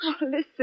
Listen